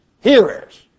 hearers